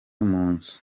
munzu